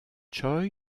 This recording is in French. choi